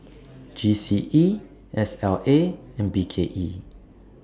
G C E S L A and B K E